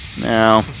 No